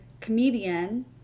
comedian